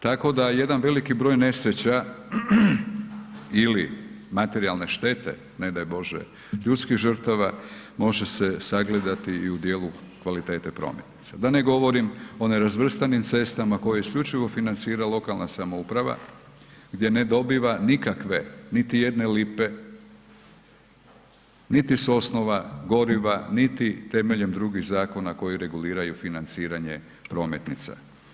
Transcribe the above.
Tako da jedan veliki broj nesreća ili materijalne štete, ne daj Bože ljudskih žrtava može se sagledati i u dijelu kvalitete prometnica, da ne govorim o nerazvrstanim cestama koje isključivo financira lokalna samouprava gdje ne dobiva nikakve niti jedne lipe, niti s osnova goriva, niti temeljem drugih zakona koji reguliraju financiranje prometnica.